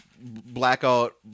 blackout